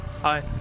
Hi